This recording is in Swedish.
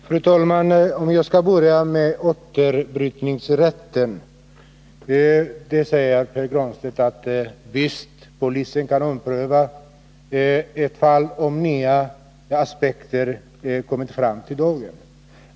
Fru talman! Jag skall börja med återbrytningsrätten. Pär Granstedt sade att polisen visst kan ompröva ett fall, om nya aspekter har tillkommit.